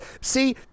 See